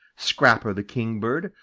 scrapper the kingbird,